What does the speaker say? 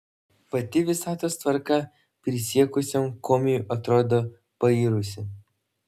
pati visatos tvarka prisiekusiam komiui atrodo pairusi